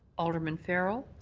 alderman farrell.